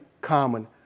common